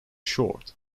short